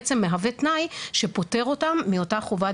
בעצם מהווה תנאי שפוטר אותם מאותה חובת